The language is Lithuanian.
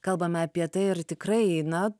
kalbame apie tai ir tikrai na